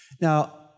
Now